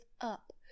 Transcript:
up